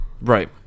Right